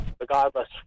regardless